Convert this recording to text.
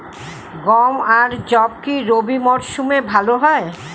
গম আর যব কি রবি মরশুমে ভালো হয়?